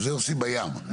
זה עושים בים.